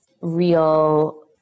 real